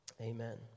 Amen